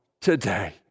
today